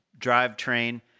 drivetrain